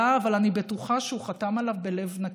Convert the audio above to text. אבל אני בטוחה שהוא חתם עליו בלב נקי,